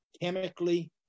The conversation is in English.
chemically